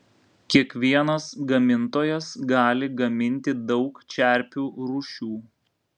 kiekvienas gamintojas gali gaminti daug čerpių rūšių